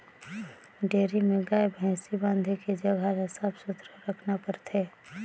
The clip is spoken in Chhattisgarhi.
डेयरी में गाय, भइसी बांधे के जघा ल साफ सुथरा रखना परथे